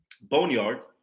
Boneyard